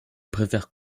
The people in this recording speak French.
préfère